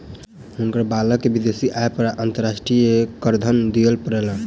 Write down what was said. हुनकर बालक के विदेशी आय पर अंतर्राष्ट्रीय करधन दिअ पड़लैन